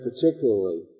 particularly